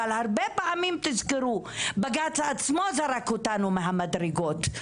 אבל הרבה פעמים תזכרו בג"צ עצמו זרק אותנו מהמדרגות,